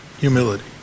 Humility